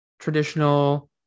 traditional